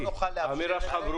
אנחנו לא נוכל לאפשר תא זה.